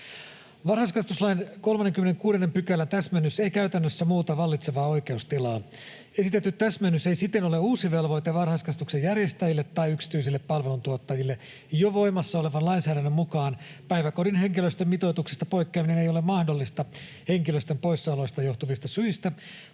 Varhaiskasvatuslain 36 §:n täsmennys ei käytännössä muuta vallitsevaa oikeustilaa. Esitetty täsmennys ei siten ole uusi velvoite varhaiskasvatuksen järjestäjille tai yksityisille palveluntuottajille. Jo voimassa olevan lainsäädännön mukaan päiväkodin henkilöstömitoituksesta poikkeaminen ei ole mahdollista henkilöstön poissaoloista johtuvista syistä,